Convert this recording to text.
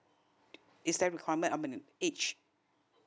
it's there requirement I mean age